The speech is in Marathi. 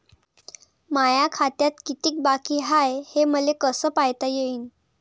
माया खात्यात कितीक बाकी हाय, हे मले कस पायता येईन?